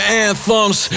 anthems